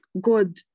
God